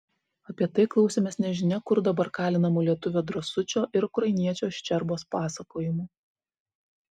apie tai klausėmės nežinia kur dabar kalinamų lietuvio drąsučio ir ukrainiečio ščerbos pasakojimų